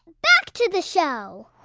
back to the show